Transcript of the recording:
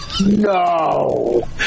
No